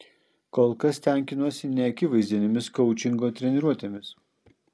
kol kas tenkinuosi neakivaizdinėmis koučingo treniruotėmis